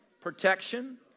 protection